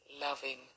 loving